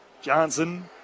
Johnson